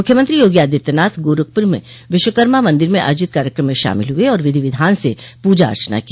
मुख्यमंत्री योगी आदित्यनाथ गोरखपुर में विश्वकर्मा मंदिर में आयोजित कार्यक्रम में शामिल हुए और विधि विधान से पूरा अर्चना की